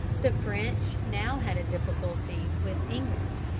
the french now had a difficulty with england,